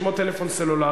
ששמו טלפון סלולרי,